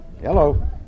hello